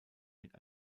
mit